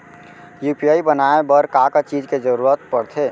UPI बनाए बर का का चीज के जरवत पड़थे?